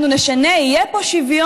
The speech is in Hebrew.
אנחנו נשנה, יהיה פה שוויון.